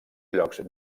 llocs